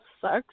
sucks